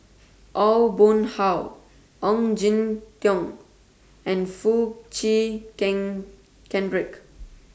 Aw Boon Haw Ong Jin Teong and Foo Chee Keng Cedric